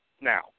Now